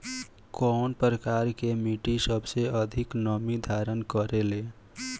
कउन प्रकार के मिट्टी सबसे अधिक नमी धारण करे ले?